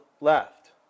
left